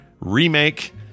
remake